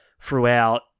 throughout